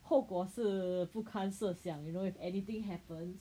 后果是不堪设想 you know if anything happens